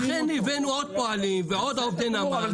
לכן הבאנו עוד פועלים ועוד עובדי נמל.